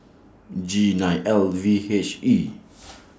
G nine L V H E